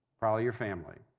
probably your family.